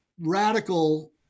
radical